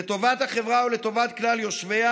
לטובת החברה ולטובת כלל יושביה,